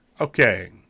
Okay